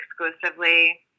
exclusively